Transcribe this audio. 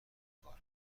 کار